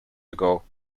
ago